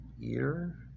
ear